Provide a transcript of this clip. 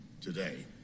today